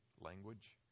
language